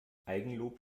eigenlob